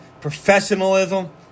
professionalism